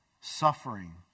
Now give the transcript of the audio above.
suffering